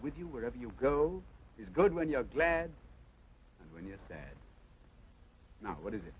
with you wherever you go is good when you're glad and when you're sad now what is it